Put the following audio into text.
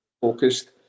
focused